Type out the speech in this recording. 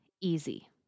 easy